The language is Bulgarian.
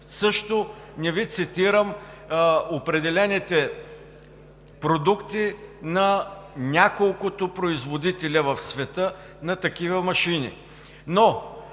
не Ви цитирам също определените продукти на няколкото производителя в света на такива машини,